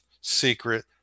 secret